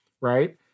right